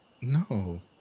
No